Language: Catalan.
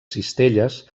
cistelles